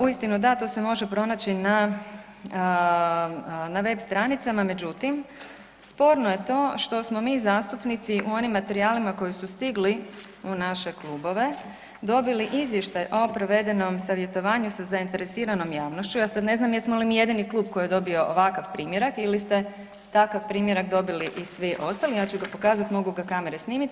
Uistinu da, to se može pronaći na web stranicama, međutim, sporno je to što smo mi zastupnici u onim materijalima koji su stigli u naše klubove dobili Izvještaj o provedenom savjetovanju sa zainteresiranom javnošću, ja sad ne znam jesmo li mi jedini klub koji je dobio ovakav primjerak ili ste takav primjerak ili ste takav primjerak dobili i svi ostali, ja ću ga pokazati, mogu ga kamere snimiti.